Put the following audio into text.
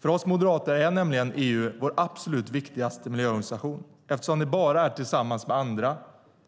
För oss moderater är nämligen EU vår absolut viktigaste miljöorganisation eftersom det bara är tillsammans med andra